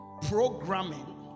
programming